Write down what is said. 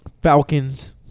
Falcons